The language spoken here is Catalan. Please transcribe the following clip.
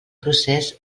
procés